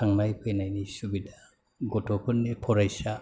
थांलाय फैलायनि सुबिदा गथ'फोरनि फरासा